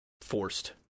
forced